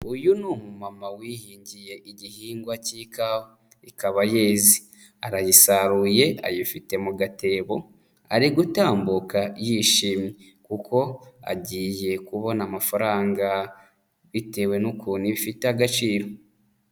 Uyu ni umumama wihingiye igihingwa k'ikawa ikaba yeze, arayisaruye ayifite mu gatebo ari gutambuka yishimye kuko agiye kubona amafaranga bitewe n'ukuntu ifite agaciro.